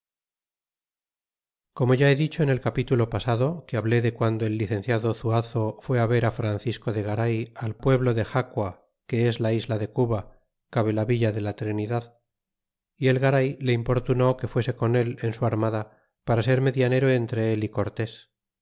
como ya he dicho en el capitulo pasado que hablé de guando el licenciado zuazo fué ver á francisco de garay al pueblo de xaqua que es la isla de cuba cabe la villa de la trinidad y el garay le importunó que fuese con él en su armada para ser medianero entre él y cortés